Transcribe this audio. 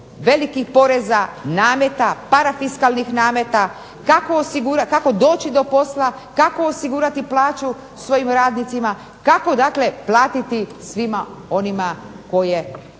velikih poreza, nameta, parafiskalnih nameta, kako doći do posla, kako osigurati plaću svojim radnicima, kako dakle platiti svima onima što je